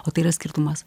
o tai yra skirtumas